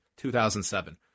2007